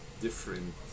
different